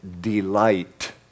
delight